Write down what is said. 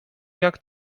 jak